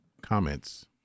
comments